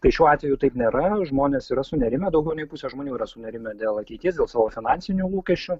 tai šiuo atveju taip nėra žmonės yra sunerimę daugiau nei pusė žmonių yra sunerimę dėl ateities dėl savo finansinių lūkesčių